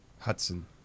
Hudson